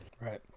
Right